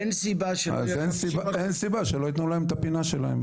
אז אין סיבה שלא יתנו להם את הפינה שלהם.